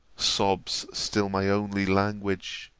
sobs still my only language.